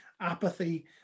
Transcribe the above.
apathy